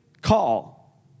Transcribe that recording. call